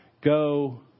go